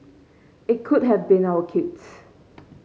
it could have been our kids